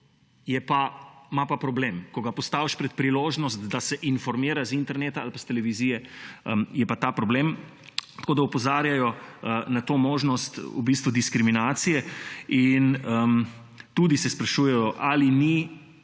prostor, ima pa problem. Ko ga postaviš pred priložnost, da se informira z interneta ali pa s televizije, je pa ta problem. Opozarjajo na to možnost v bistvu diskriminacije in tudi se sprašujejo: Ali ni